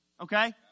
Okay